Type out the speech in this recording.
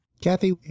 Kathy